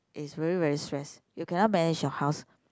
is really very stress you cannot manage your house